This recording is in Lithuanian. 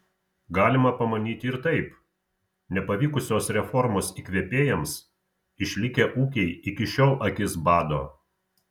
galima pamanyti ir taip nepavykusios reformos įkvėpėjams išlikę ūkiai iki šiol akis bado